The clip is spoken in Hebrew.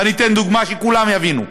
ואני אתן דוגמה שכולם יבינו,